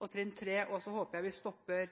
og trinn 3 – og så håper jeg vi stopper